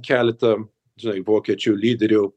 keletą žinai vokiečių lyderių